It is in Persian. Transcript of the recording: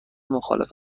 مخالف